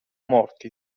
morti